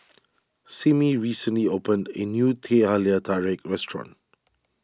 Simmie recently opened a new Teh Halia Tarik restaurant